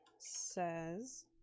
says